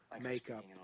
makeup